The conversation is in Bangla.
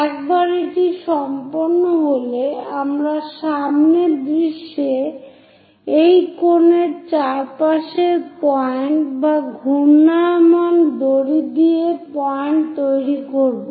একবার এটি সম্পন্ন হলে আমরা সামনের দৃশ্যে এই কোন র চারপাশের পয়েন্ট বা ঘূর্ণায়মান দড়ি দিয়ে পয়েন্ট তৈরি করব